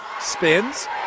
spins